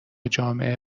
جامعه